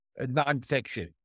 nonfiction